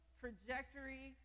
trajectory